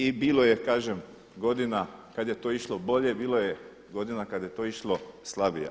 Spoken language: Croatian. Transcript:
I bilo je kažem godina kada je to išlo bolje, bilo je godina kada je to išlo slabije.